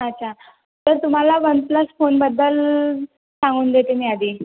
अच्छा तर तुम्हाला वनप्लस फोनबद्दल सांगून देते मी आधी